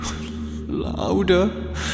louder